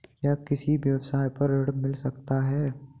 क्या किसी व्यवसाय पर ऋण मिल सकता है?